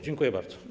Dziękuję bardzo.